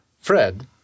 Fred